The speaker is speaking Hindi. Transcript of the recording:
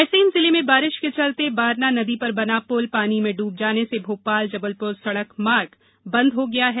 रायसेन जिले में बारिश के चलते बारना नदी पर बना पुल पानी में डूब जाने से भोपाल जबलपुर सड़क मार्ग बंद हो गया है